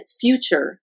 future